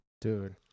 Dude